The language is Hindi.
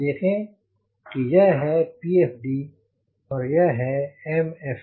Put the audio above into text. आप देखें यह है PFD और यह है MFD